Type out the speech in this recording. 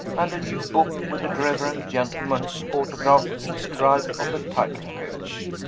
and a new book with the reverend gentleman's autograph inscribed on the title-page.